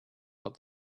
but